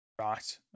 Right